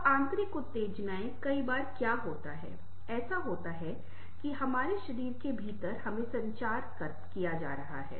अब आंतरिक उत्तेजनाएं कई बार क्या होता हैं ऐसा होता है कि हमारे शरीर के भीतर हमें संचार किया जारहा है